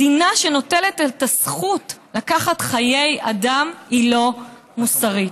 מדינה שנוטלת את הזכות לקחת חיי אדם היא לא מוסרית.